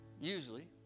usually